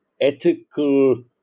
ethical